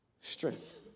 strength